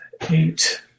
eight